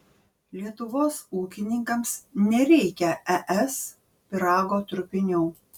lietuvos ūkininkams nereikia es pyrago trupinių